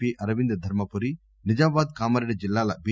P Arvind Dharmapuri Nizamabad Kamareddy జిల్లాల B